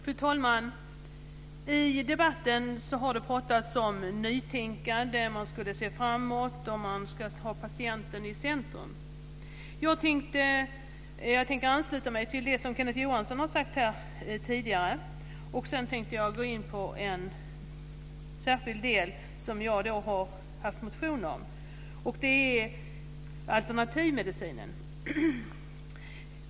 Fru talman! I debatten har det pratats om nytänkande, om att se framåt och att ha patienten i centrum. Jag ansluter mig till det som Kenneth Johansson har sagt här tidigare och tänker sedan gå in på en särskild del som jag har motionerat om. Det gäller alternativmedicinen.